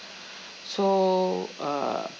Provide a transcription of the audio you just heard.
so uh